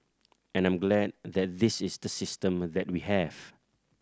and I'm glad that this is the system that we have